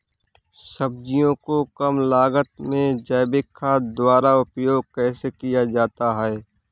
सब्जियों को कम लागत में जैविक खाद द्वारा उपयोग कैसे किया जाता है?